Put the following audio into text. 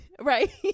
right